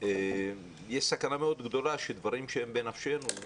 יש סכנה מאוד גדולה שדברים שהם בנפשנו,